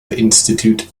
institute